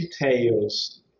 details